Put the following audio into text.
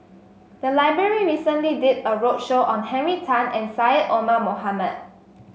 the library recently did a roadshow on Henry Tan and Syed Omar Mohamed